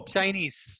Chinese